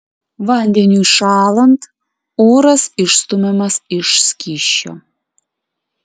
vandeniui šąlant oras išstumiamas iš skysčio